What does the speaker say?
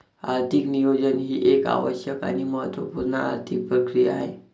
आर्थिक नियोजन ही एक आवश्यक आणि महत्त्व पूर्ण आर्थिक प्रक्रिया आहे